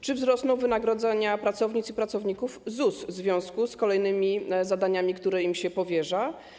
Czy wzrosną wynagrodzenia pracownic i pracowników ZUS w związku z kolejnymi zadaniami, które im się powierza?